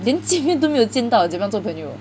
连见面都没有见到怎么样做朋友